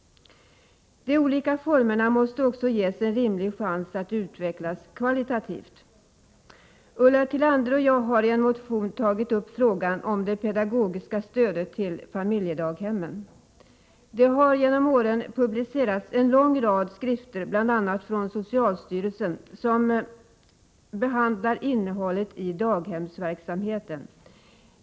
De olika formerna måste också ges en rimlig chans att utvecklas kvalitativt. Ulla Tillander och jag har i en motion tagit upp frågan om det pedagogiska stödet till familjedaghemmen. Det har genom åren publicerats en lång rad skrifter, bl.a. från socialstyrelsen, som behandlar innehållet i daghemsverksamheten.